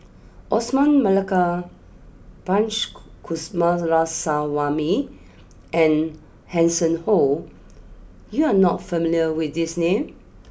Osman Merican Punch Coomaraswamy and Hanson Ho you are not familiar with these names